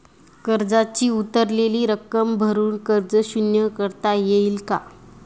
कर्जाची उरलेली रक्कम भरून कर्ज शून्य करता येईल का?